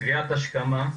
קריאת השקמה,